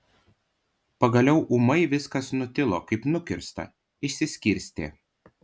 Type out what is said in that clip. pagaliau ūmai viskas nutilo kaip nukirsta išsiskirstė